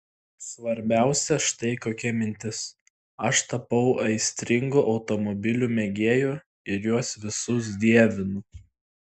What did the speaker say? svarbiausia štai kokia mintis aš tapau aistringu automobilių mėgėju ir juos visus dievinu